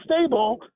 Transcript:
stable